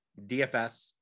DFS